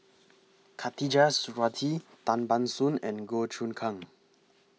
Khatijah Surattee Tan Ban Soon and Goh Choon Kang